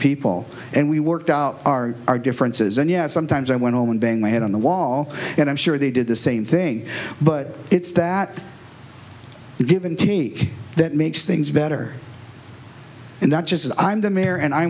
people and we worked out our our differences and yet sometimes i went home and banged my head on the wall and i'm sure they did the same thing but it's that given team that makes things better and not just as i'm the mayor and i